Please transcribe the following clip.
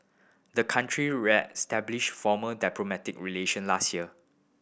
the country reestablished formal diplomatic relation last year